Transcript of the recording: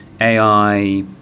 AI